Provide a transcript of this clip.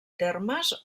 termes